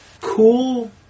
cool